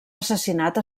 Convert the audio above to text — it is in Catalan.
assassinat